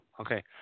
Okay